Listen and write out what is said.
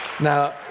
now